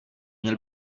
měl